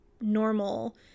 normal